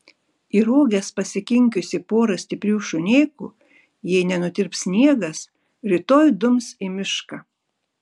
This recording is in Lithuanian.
į roges pasikinkiusi porą stiprių šunėkų jei nenutirps sniegas rytoj dums į mišką